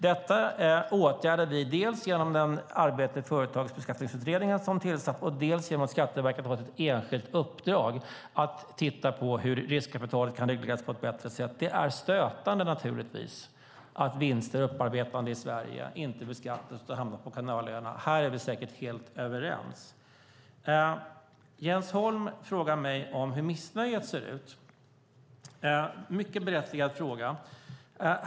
Detta åtgärdar vi dels genom arbetet i den företagsbeskattningsutredning som är tillsatt, dels genom att Skatteverket har fått ett enskilt uppdrag att titta på hur riskkapitalet kan regleras på ett bättre sätt. Det är naturligtvis stötande att vinster som är upparbetade i Sverige inte beskattas här utan hamnar på kanalöarna. Här är vi säkert helt överens. Jens Holm frågar mig hur missnöjet ser ut. Det är en mycket berättigad fråga.